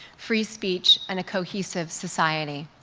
free speech, and a cohesive society.